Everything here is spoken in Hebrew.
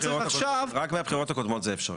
אתה צריך עכשיו --- רק מהבחירות הקודמות זה אפשרי.